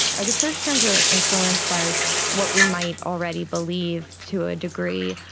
are the search terms really influenced by what we might already believe to a degree,